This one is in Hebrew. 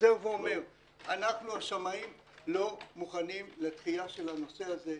אנחנו השמאים לא מוכנים לדחייה של הנושא הזה.